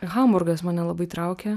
hamburgas mane labai traukia